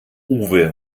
uwe